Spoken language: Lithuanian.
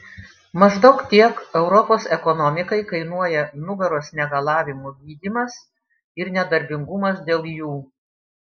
maždaug tiek europos ekonomikai kainuoja nugaros negalavimų gydymas ir nedarbingumas dėl jų